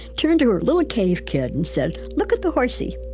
turned to her little cave kid and said, look at the horsey.